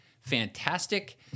Fantastic